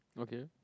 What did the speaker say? okay